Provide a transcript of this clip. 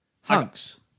hunks